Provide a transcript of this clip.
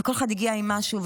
וכל אחד הגיע עם משהו,